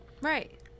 Right